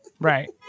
right